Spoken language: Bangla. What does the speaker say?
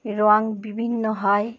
রঙ বিভিন্ন হয়